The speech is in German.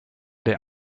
der